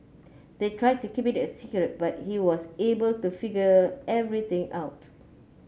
they tried to keep it a secret but he was able to figure everything out